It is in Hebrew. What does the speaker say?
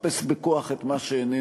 לחפש בכוח את מה שאיננו,